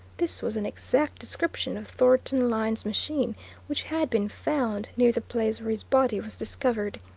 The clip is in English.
this was an exact description of thornton lyne's machine which had been found near the place where his body was discovered.